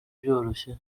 byoroshye